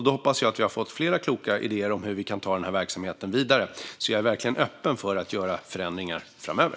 Då hoppas jag att vi har fått flera kloka idéer om hur vi kan ta verksamheten vidare. Jag är verkligen öppen för att göra förändringar framöver.